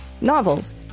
Novels